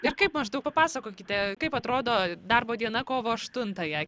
ir kaip maždaug papasakokite kaip atrodo darbo diena kovo aštuntąją